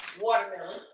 watermelon